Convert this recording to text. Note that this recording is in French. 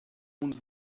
monde